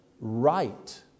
right